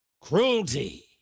cruelty